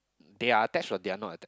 their attached or they are not attached